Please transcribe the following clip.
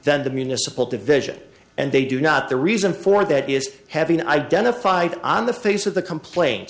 than the municipal division and they do not the reason for that is having identified on the face of the complaint